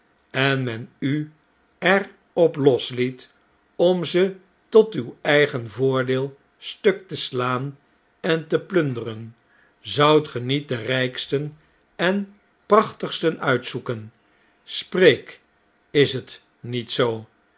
en men u er op losliet om ze tot uw eigen voordeel stuk te slaan en te plunderen zoudt ge niet de rijksten en prachtigsten uitzoeken spreek is het niet zoo